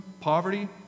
poverty